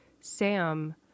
Sam